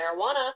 marijuana